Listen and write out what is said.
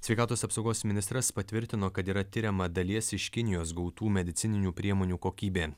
sveikatos apsaugos ministras patvirtino kad yra tiriama dalies iš kinijos gautų medicininių priemonių kokybė